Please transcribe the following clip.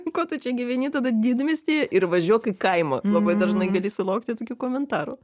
ko tu čia gyveni tada didmiestyje ir važiuok į kaimą labai dažnai gali sulaukti tokių komentarų